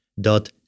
Dot